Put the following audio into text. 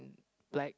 black